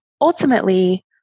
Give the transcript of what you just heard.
Ultimately